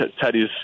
Teddy's